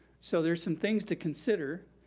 so there's some things to consider.